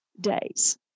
days